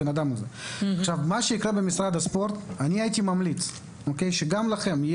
אני הייתי ממליץ שגם למשרד הספורט,